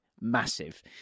massive